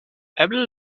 eble